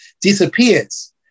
disappears